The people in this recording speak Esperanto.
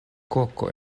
koko